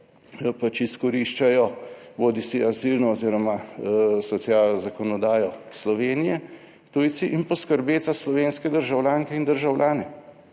pač izkoriščajo, bodisi azilno oziroma socialno zakonodajo Slovenije, tujci, in poskrbeti za slovenske državljanke in državljane.